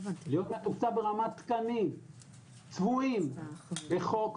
להיות מתוקצב במעמד תקנים קבועים בחוק,